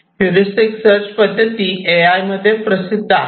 heuristic search पद्धती A I मध्ये प्रसिद्ध आहेत